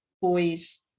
boys